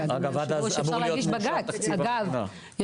אגב,